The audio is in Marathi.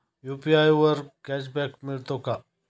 यु.पी.आय वर कॅशबॅक मिळतो का?